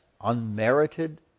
unmerited